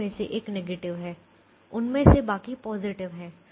में से एक नेगेटिव है उनमें से बाकी पॉजिटिव हैं